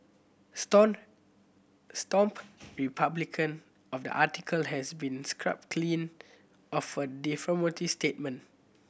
stone stomp republication of the article has been scrubbed clean of a statement